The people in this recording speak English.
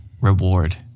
reward